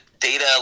Data